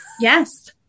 yes